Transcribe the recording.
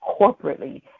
corporately